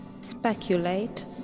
speculate